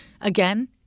again